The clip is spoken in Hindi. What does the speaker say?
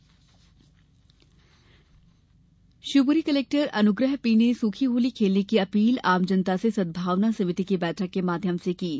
collector appeal Shivpuri collector Anugrah P ने सूखी होली खेलने की अपील आम जनता से सद्भावना समिति की बैठक के माध्यम से की है